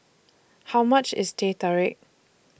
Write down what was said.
How much IS Teh Tarik